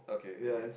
okay okay